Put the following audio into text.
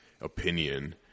opinion